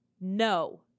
No